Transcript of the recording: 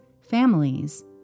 families